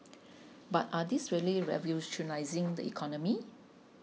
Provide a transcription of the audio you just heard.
but are these really revolutionising the economy